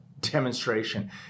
demonstration